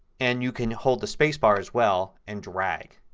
and you can hold the spacebar as well and drag.